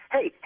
Hey